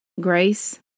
grace